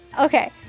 Okay